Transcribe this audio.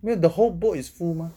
没有 the whole boat is full mah